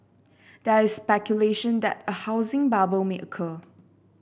there is speculation that a housing bubble may occur